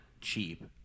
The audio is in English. cheap